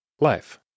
life